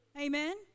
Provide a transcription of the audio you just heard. Amen